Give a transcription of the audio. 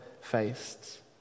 faced